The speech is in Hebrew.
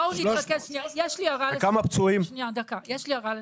בואו נתרכז, יש לי הבאה לסדר.